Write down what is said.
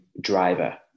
driver